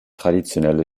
traditionelle